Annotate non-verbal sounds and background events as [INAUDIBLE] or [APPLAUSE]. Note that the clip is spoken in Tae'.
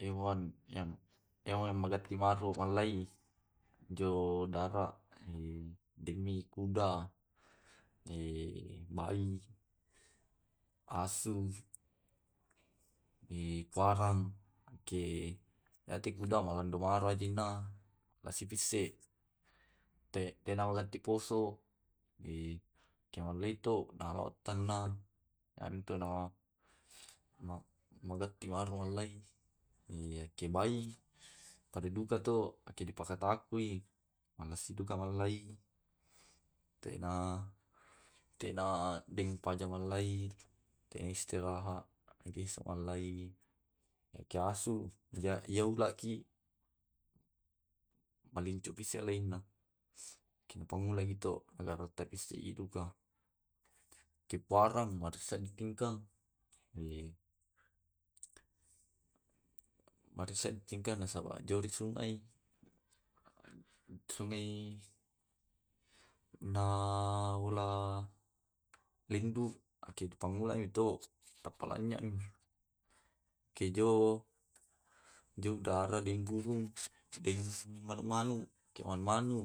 Hewan yang hewan yang magati mau mallai njo darat [HESITATION] dengi kuda, [HESITATION] bai, asu, [HESITATION] kuarang, ke yate kuda marara ajenna. malase pisse [NOISE] tenaullei poso. Kemallaeto arutana antu na [NOISE] [HESITATION] marellai. [HESITATION] Ke bai [HESITATION] padaduka to dipakatakui. Malasiduka mallai [HESITATION] tena tena deng paja mallai tena istirahat akai malllai. Yake asu yaulaki mallincusoi ellena [HESITATION] kimpamulang ito mallaingi siduka. [HESITATION] Keapuarang madesak ditingkang [HESITATION] makessing nasaba jorit sunnai. Sungai na [HESITATION] ola lendu ke pammulami ito tappa lanyemi. [NOISE] Kejo jo udarah deng bubung [NOISE] [NOISE] deng manu manu, [NOISE] kek manu manu